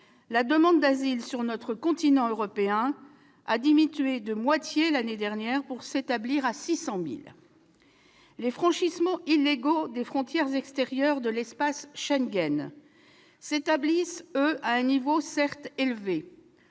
en 2015 et de 1,2 million en 2016, ont diminué de moitié l'année dernière pour s'établir à 600 000. Les franchissements illégaux des frontières extérieures de l'espace Schengen s'établissent, eux, à un niveau certes élevé-